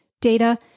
data